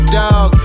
dog